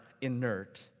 inert